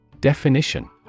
Definition